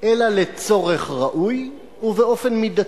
אלא לצורך ראוי ובאופן מידתי,